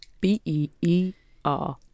B-E-E-R